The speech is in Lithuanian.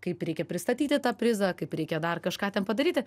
kaip reikia pristatyti tą prizą kaip reikia dar kažką ten padaryti